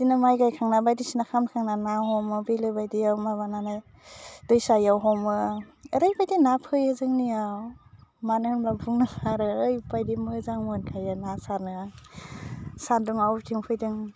बिदिनो माय गायखांना बायदिसिना खामखांनानै ना हमो बिलो बायदियाव माबानानै दैसायाव हमो ओरैबायदि ना फैयो जोंनिआव मानो होनबा बुंनाङा आरो ओरैबायदि मोजां मोनखायो ना सारनो सान्दुङा अबेथिं फैदों